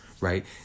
right